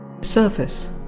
surface